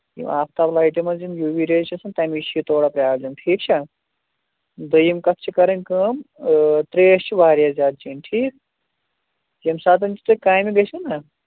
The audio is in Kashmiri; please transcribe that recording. یِم آفتاب لایٹہِ منٛز یِم یوٗ وی ریز چھِ آسَان تَمِچ چھِ یہِ تھوڑا پرابلِم ٹھیٖک چھا دوٚیِم کَتھ چھِ کَرٕنۍ کٲم ترٛیش چھِ واریاہ زیادٕ چیٚنج ٹھیٖک ییٚمہِ ساتَن چھُ تُہۍ کامہِ گژھِو نا